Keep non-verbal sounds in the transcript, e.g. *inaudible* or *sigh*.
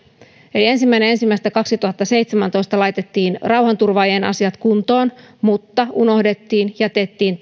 eli ensimmäinen ensimmäistä kaksituhattaseitsemäntoista laitettiin rauhanturvaajien asiat kuntoon mutta unohdettiin jätettiin *unintelligible*